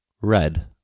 Red